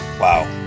Wow